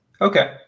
Okay